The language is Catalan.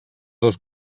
dos